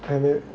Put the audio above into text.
private